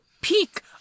peak